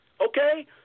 Okay